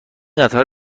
قطار